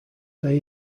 say